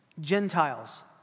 Gentiles